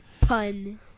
Pun